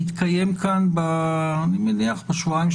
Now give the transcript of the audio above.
אני מניח שבשבועיים,